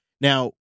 Now